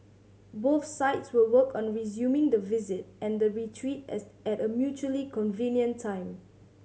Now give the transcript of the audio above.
both sides will work on resuming the visit and the retreat as at a mutually convenient time